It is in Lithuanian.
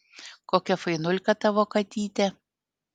kokia fainulka tavo katytė